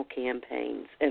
campaigns